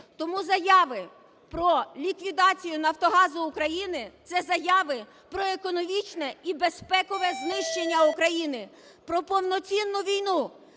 Тому заяви про ліквідацію "Нафтогазу України" - це заяви про економічне і безпекове знищення України, про повноцінну війну,